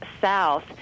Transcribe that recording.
south